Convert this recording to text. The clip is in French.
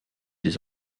des